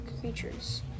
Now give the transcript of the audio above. creatures